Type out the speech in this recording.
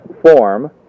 form